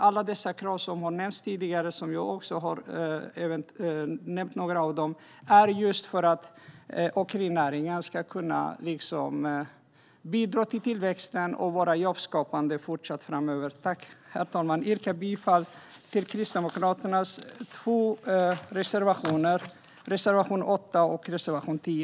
Alla dessa krav som har nämnts tidigare - jag har också nämnt några av dem - ställs just för att åkerinäringen ska kunna bidra till tillväxten och vara jobbskapande framöver. Herr ålderspresident! Jag yrkar bifall till Kristdemokraternas reservationer nr 8 och nr 10.